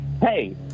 Hey